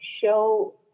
show